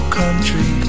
country